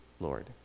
Lord